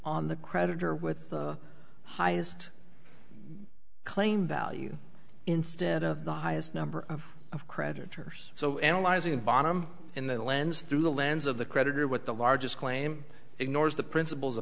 on the creditor with the highest claim value instead of the highest number of creditors so analyzing bottom in the lens through the lens of the creditor with the largest claim ignores the principles